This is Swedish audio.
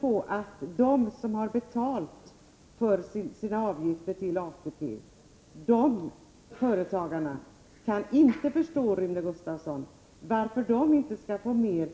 De företagare som har betalt sina avgifter till ATP kan inte förstå varför de inte skulle få mera